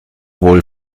wohl